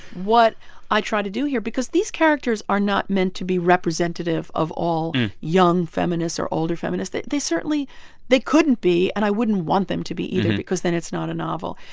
what i try to do here because these characters are not meant to be representative of all young feminists or older feminists. they they certainly they couldn't be. and i wouldn't want them to be either because then it's not a novel.